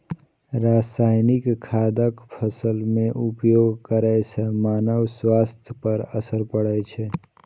रासायनिक खादक फसल मे उपयोग करै सं मानव स्वास्थ्य पर असर पड़ै छै